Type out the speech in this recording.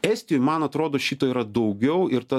estijoj man atrodo šito yra daugiau ir tas